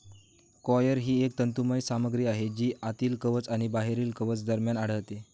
coir ही एक तंतुमय सामग्री आहे जी आतील कवच आणि बाहेरील कवच दरम्यान आढळते